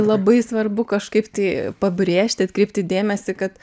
labai svarbu kažkaip tai pabrėžti atkreipti dėmesį kad